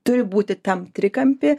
turi būti tam trikampy